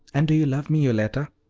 and do you love me, yoletta?